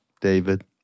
David